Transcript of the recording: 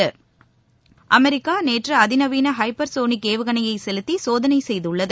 என்எஸ்ட America நேற்று அதிநவீன hypersonic ஏவுகணையை செலுத்தி சோதனை செய்துள்ளது